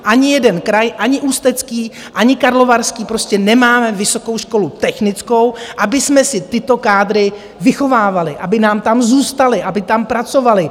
Ani jeden kraj ani Ústecký ani Karlovarský prostě nemáme vysokou školu technickou, abychom si tyto kádry vychovávali, aby nám tam zůstaly, aby tam pracovaly.